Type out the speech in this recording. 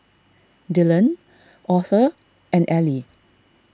Dylan Auther and Elie